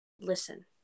listen